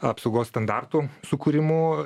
apsaugos standartų sukūrimu